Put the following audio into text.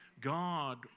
God